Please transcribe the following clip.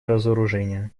разоружение